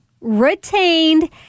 retained